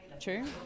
true